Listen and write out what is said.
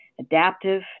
adaptive